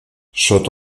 sota